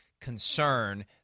concern